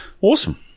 awesome